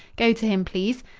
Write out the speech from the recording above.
go to him, please.